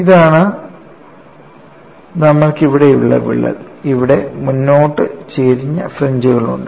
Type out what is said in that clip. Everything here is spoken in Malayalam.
ഇതാണ് നമ്മൾക്കിവിടെയുള്ള വിള്ളൽ ഇവിടെ മുന്നോട്ട് ചരിഞ്ഞ ഫ്രിഞ്ച്കളുണ്ട്